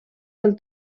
del